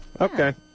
Okay